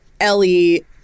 Ellie